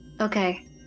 Okay